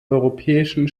europäischen